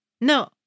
No